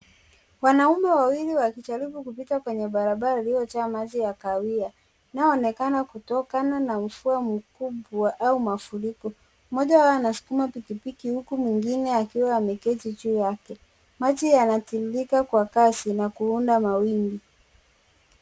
Wanaume wawili wakijaribu kupita kwenye barabara iliyojaa maji ya kahawia. Inayoonekana Inayotokana na mvua mkubwa au mafuriko. Mmoja wao anasukuma pikipiki huku mwingine ameketi juu yake. Maji yanatoririka kwa kasi na kuunda mawimbi.